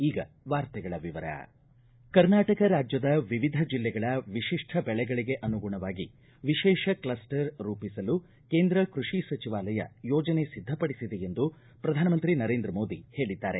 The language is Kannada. ಈಗ ವಾರ್ತೆಗಳ ವಿವರ ಕರ್ನಾಟಕ ರಾಜ್ಯದ ವಿವಿಧ ಜಿಲ್ಲೆಗಳ ವಿಶಿಷ್ಠ ಬೆಳೆಗಳಿಗೆ ಅನುಗುಣವಾಗಿ ವಿಶೇಷ ಕ್ಷಸ್ಟರ್ ರೂಪಿಸಲು ಕೇಂದ್ರ ಕೃಷಿ ಸಚಿವಾಲಯ ಯೋಜನೆ ಸಿದ್ಧ ಪಡಿಸಿದೆ ಎಂದು ಪ್ರಧಾನಮಂತ್ರಿ ನರೇಂದ್ರ ಮೋದಿ ಹೇಳಿದ್ದಾರೆ